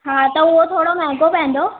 हा त उहो त थोरो महांगो पवंदो